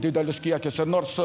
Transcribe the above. didelis kiekis nors